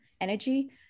energy